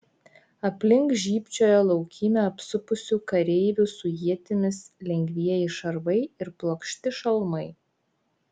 aplink žybčiojo laukymę apsupusių kareivių su ietimis lengvieji šarvai ir plokšti šalmai